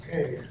Okay